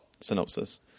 synopsis